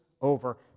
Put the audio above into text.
over